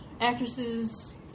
actresses